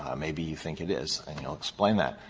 um maybe you think it is and you'll explain that.